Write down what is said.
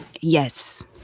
Yes